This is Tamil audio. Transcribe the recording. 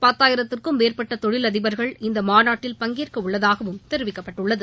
பத்தாயிரத்திற்கும் மேற்பட்ட தொழிலதிபர்கள் இம்மாநாட்டில் பங்கேற்க உள்ளதாகவும் தெரிவிக்கப்பட்டுள்ளது